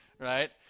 right